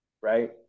right